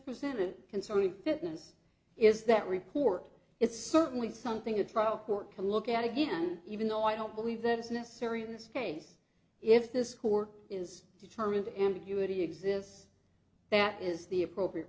presented concerning fitness is that report it's certainly something a trial court can look at again even though i don't believe that is necessary in this case if this court is determined the ambiguity exists that is the appropriate